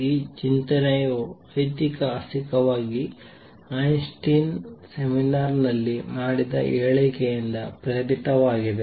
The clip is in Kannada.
ಈ ಚಿಂತನೆಯು ಐತಿಹಾಸಿಕವಾಗಿ ಐನ್ಸ್ಟೈನ್ ಸೆಮಿನಾರ್ ನಲ್ಲಿ ಮಾಡಿದ ಹೇಳಿಕೆಯಿಂದ ಪ್ರೇರಿತವಾಗಿದೆ